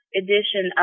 edition